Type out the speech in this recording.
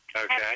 Okay